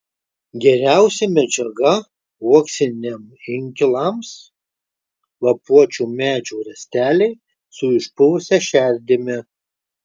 geriausia medžiaga uoksiniams inkilams lapuočių medžių rąsteliai su išpuvusia šerdimi